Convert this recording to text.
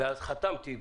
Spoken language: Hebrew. ואז חתמתי,